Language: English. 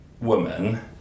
woman